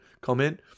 comment